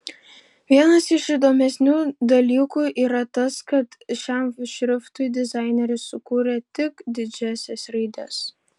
vienas iš įdomesnių dalykų yra tas kad šiam šriftui dizaineris sukūrė tik didžiąsias raides